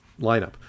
lineup